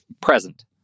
present